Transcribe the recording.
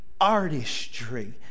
artistry